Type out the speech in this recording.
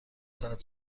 ساعت